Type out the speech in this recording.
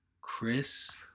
Chris